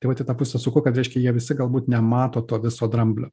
tai vat į tą pusę suku kad reiškia jie visi galbūt nemato to viso dramblio